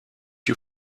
you